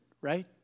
right